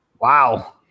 Wow